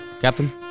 Captain